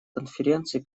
конференции